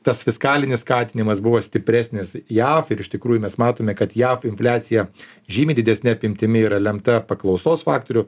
tas fiskalinis skatinimas buvo stipresnis jav ir iš tikrųjų mes matome kad jav infliacija žymiai didesne apimtimi yra lemta paklausos faktorių